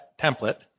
template